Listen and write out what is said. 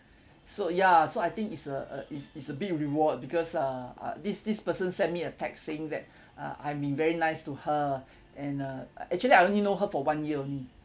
so ya so I think it's a uh it's it's a big reward because uh uh this this person send me a text saying that uh I've been very nice to her and uh actually I only know her for one year only